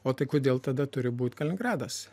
o tai kodėl tada turi būt kaliningradas